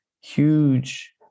huge